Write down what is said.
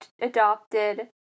adopted